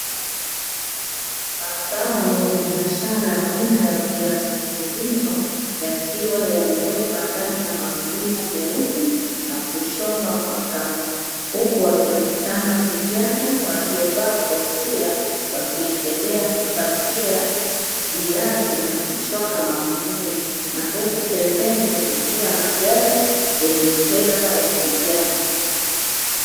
Mazao ya biashara aina ya viazi mviringo yakiwa yamewekwa ndani ya magunia meupe na kushonwa kwa kamba. Huku wakionekanaa vijanaa waliovaa kofia wakiendelea kupakia viazi na kushona magunia, na huku pembeni kukiwa na gari lenye tera la kijani.